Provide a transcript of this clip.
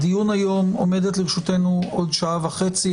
עומדת לרשותנו עוד שעה וחצי.